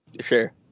sure